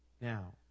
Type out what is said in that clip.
Now